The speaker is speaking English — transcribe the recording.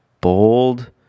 bold